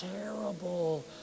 terrible